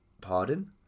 pardon